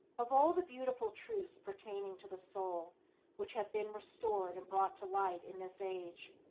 of all the beautiful truths pertaining to the soul which have been restored and brought to light in this age,